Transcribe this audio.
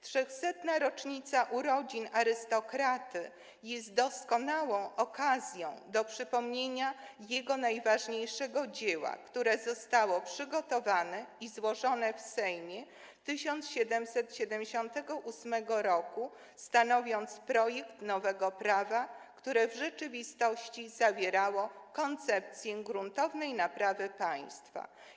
Trzechsetna rocznica urodzin arystokraty jest doskonałą okazją do przypomnienia jego najważniejszego dzieła, które zostało przygotowane i złożone w Sejmie w 1778 r., stanowiło projekt nowego prawa, które w rzeczywistości zawierało koncepcję gruntownej naprawy państwa.